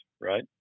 Right